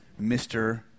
Mr